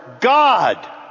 God